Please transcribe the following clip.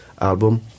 album